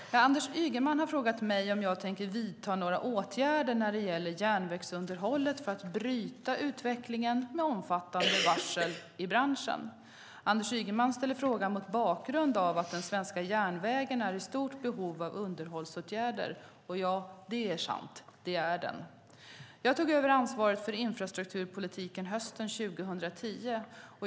Fru talman! Anders Ygeman har frågat mig om jag tänker vidta några åtgärder när det gäller järnvägsunderhållet för att bryta utvecklingen med omfattande varsel i branschen. Anders Ygeman ställer frågan mot bakgrund av att den svenska järnvägen är i stort behov av underhållsåtgärder. Ja, det är sant; det är den. Jag tog över ansvaret för infrastrukturpolitiken hösten 2010.